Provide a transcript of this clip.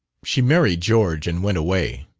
she married george and went away.